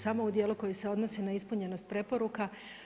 Samo u dijelu koji se odnosi na ispunjenost preporuka.